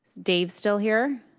dave still here?